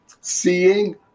Seeing